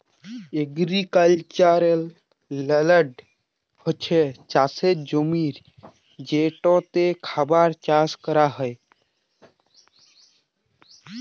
agricultural land হছে চাষের জমি যেটতে খাবার চাষ ক্যরা হ্যয়